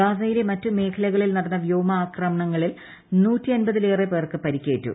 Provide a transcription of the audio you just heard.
ഗാസയിലെ മറ്റു മേഖലകളിൽ നടന്ന വ്യോമാക്രമണങ്ങളിൽ നൂറ്റൻപതിലേറെപ്പർക്കു പരുക്കേറ്റു